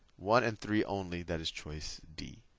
one and three only, that is choice d.